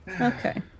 Okay